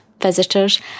visitors